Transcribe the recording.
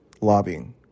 lobbying